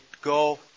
go